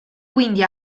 quindi